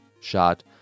shot